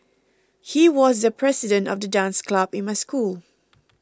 he was the president of the dance club in my school